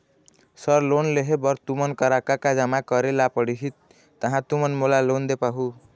Sir loan लेहे बर तुमन करा का का जमा करें ला पड़ही तहाँ तुमन मोला लोन दे पाहुं?